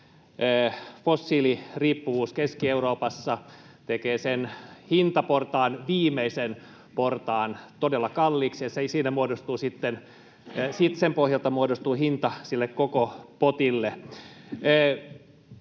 Fossiiliriippuvuus Keski-Euroopassa tekee sen hintaportaan viimeisen portaan todella kalliiksi, ja sen pohjalta muodostuu hinta sille koko potille.